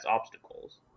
obstacles